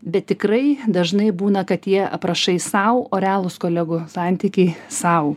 bet tikrai dažnai būna kad tie aprašai sau o realūs kolegų santykiai sau